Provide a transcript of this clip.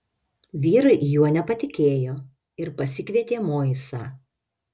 vyrai juo nepatikėjo ir pasikvietė moisą